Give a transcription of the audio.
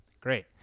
Great